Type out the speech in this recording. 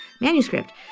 manuscript